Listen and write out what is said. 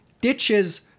ditches